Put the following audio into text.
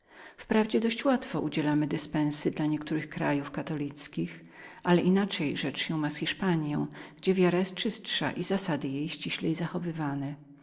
wprawdzie dość łatwo udzielamy dyspensy dla innych krajów katolickich ale inaczej rzecz się ma z hiszpaniją gdzie wiara jest czystszą i zasady jej ściślej zachowywane